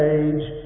age